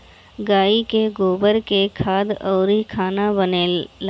गाइ के गोबर से खाद अउरी खाना बनेला